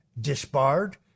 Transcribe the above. disbarred